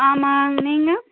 ஆமாம்ங்க நீங்கள்